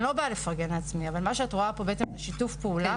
אני לא באה לפרגן לעצמי אבל מה שאת רואה פה זה בעצם שיתוף פעולה,